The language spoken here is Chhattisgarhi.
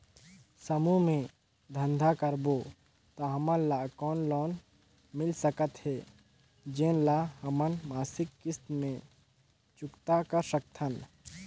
समूह मे धंधा करबो त हमन ल कौन लोन मिल सकत हे, जेन ल हमन मासिक किस्त मे चुकता कर सकथन?